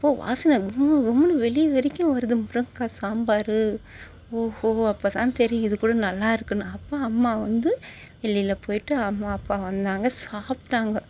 அப்போது வாசனை குமுகுமுன்னு வெளியே வரைக்கும் வருதுமா முருங்கைக்கா சாம்பார் ஓஹோ அப்போதான் தெரியுது இதுகூட நல்லாயிருக்குனு அப்போ அம்மா வந்து வெளியில் போய்ட்டு அம்மா அப்பா வந்தாங்க சாப்பிட்டாங்க